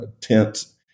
tents